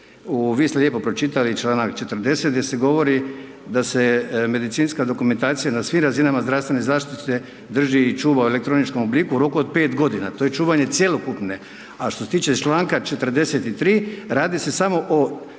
Vi ste lijepo pročitali čl. 40. gdje se govori da se medicinska dokumentacija na svim razinama zdravstvene zaštite drži i čuva u elektroničkom obliku u roku od 5 g. to je čuvanje cjelokupne, a što se tiče čl. 43. radi se samo o